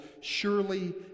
surely